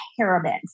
parabens